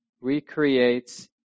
recreates